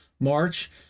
March